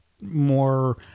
more